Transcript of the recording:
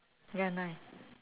ya nine